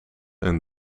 een